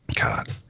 God